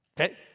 okay